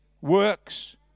works